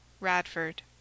Radford